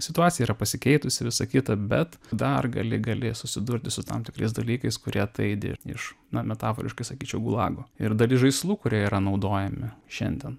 situacija yra pasikeitusi visa kita bet dar gali gali susidurti su tam tikrais dalykais kurie ataidi iš nametaforiškai sakyčiau gulago ir dalis žaislų kurie yra naudojami šiandien